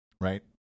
right